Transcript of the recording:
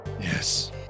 Yes